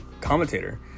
commentator